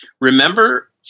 Remember